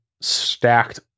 stacked